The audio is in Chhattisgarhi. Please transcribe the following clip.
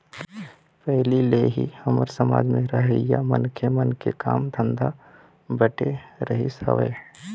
पहिली ले ही हमर समाज म रहइया मनखे मन के काम धंधा बटे रहिस हवय